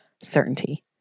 certainty